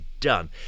done